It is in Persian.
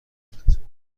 میکنند